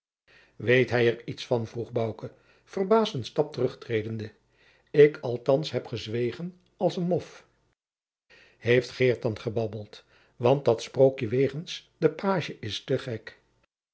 weet hij er iets van vroeg bouke verbaasd een stap terug tredende ik althands heb gezwegen als een mof heeft geert dan gebabbeld want dat sprookje wegens den pagie is te gek